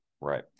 Right